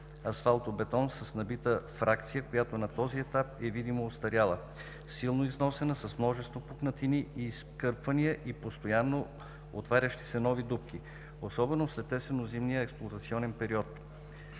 асфалтобетон с набита фракция, която на този етап е видимо остаряла, силно износена, с множество пукнатини, изкърпвания и постоянно отварящи се нови дупки, особено след есенно-зимния експлоатационен период.